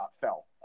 fell